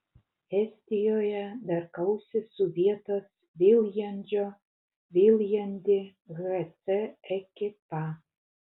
estijoje dar kausis su vietos viljandžio viljandi hc ekipa